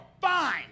Fine